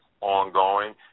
ongoing